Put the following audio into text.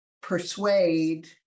persuade